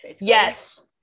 Yes